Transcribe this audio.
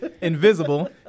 invisible